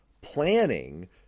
planning